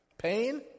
Pain